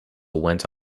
went